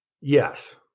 Yes